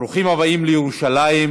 ברוכים הבאים לירושלים,